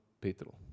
petrol